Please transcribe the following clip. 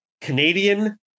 Canadian